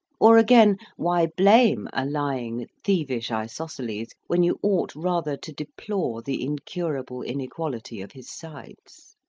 or again, why blame a lying, thievish isosceles when you ought rather to deplore the incurable inequality of his sides?